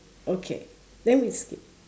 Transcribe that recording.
okay then we skip